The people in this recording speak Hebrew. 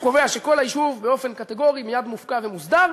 הוא קובע שכל היישוב באופן קטגורי מייד מופקע ומוסדר.